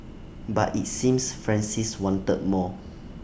but IT seems Francis wanted more